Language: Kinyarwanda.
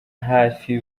hafi